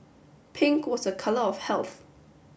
pink was a colour of health